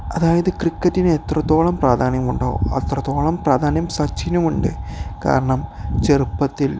അതായത് ക്രിക്കറ്റിന് എത്രത്തോളം പ്രാധാന്യമുണ്ടോ അത്രത്തോളം പ്രാധാന്യം സച്ചിനുമുണ്ട് കാരണം ചെറുപ്പത്തിൽ